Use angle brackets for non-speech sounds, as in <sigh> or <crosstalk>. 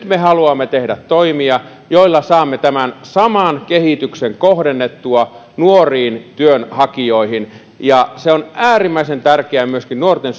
<unintelligible> me haluamme tehdä toimia joilla saamme tämän saman kehityksen kohdennettua nuoriin työnhakijoihin ja se on äärimmäisen tärkeää myöskin nuorten <unintelligible>